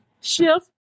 shift